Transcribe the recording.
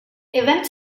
events